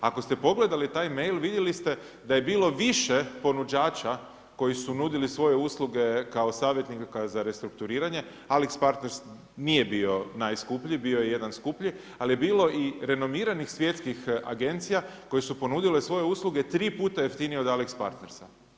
Ako ste pogledali taj mail, vidjeli ste da je bilo više ponuđača koji su nudili svoje usluge, kao savjetnika za restrukturiranje Alix Partners nije bio najskuplji, bio je jedan skuplji, ali je bilo renomiranih savjetnih agencija, koje su ponudile svoje usluge, 3 puta jeftinije od Alix Partnersa.